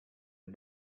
had